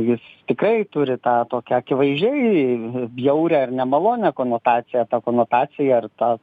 jis tikrai turi tą tokią akivaizdžiai bjaurią ir nemalonią konotaciją tą konotaciją ar tą